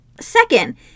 Second